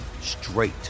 straight